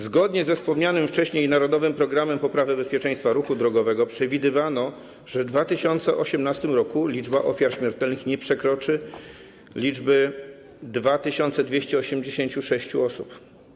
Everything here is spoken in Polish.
Zgodnie ze wspomnianym wcześniej narodowym programem poprawy bezpieczeństwa ruchu drogowego przewidywano, że w 2018 r. liczba ofiar śmiertelnych nie przekroczy 2286 osób.